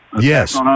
Yes